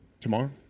Tomorrow